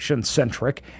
centric